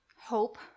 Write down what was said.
hope